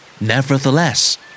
Nevertheless